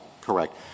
Correct